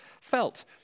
felt